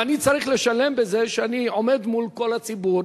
ואני צריך לשלם בזה שאני עומד מול כל הציבור,